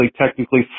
technically